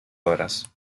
obras